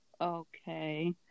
okay